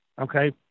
okay